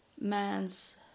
man's